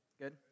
Good